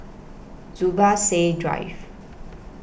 Zubir Said Drive